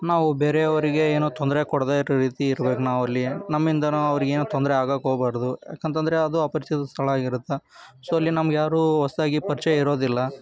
ನಾವು ಬೇರೆಯವರಿಗೆ ಏನು ತೊಂದರೆ ಕೊಡದೆ ಇರೋ ರೀತಿ ಇರ್ಬೇಕು ನಾವಲ್ಲಿ ನಮ್ಮಿಂದಲೂ ಅವ್ರಿಗೇನು ತೊಂದರೆ ಆಗೋಕೆ ಹೋಗ್ಬಾರ್ದು ಯಾಕಂತ ಅಂದ್ರೆ ಅದು ಅಪರಿಚಿತ ಸ್ಥಳ ಆಗಿರುತ್ತೆ ಸೊ ಅಲ್ಲಿ ನಮಗ್ಯಾರು ಹೊಸದಾಗಿ ಪರಿಚಯ ಇರೋದಿಲ್ಲ